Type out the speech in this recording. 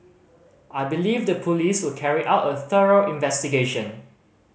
I believe the police will carry out a thorough investigation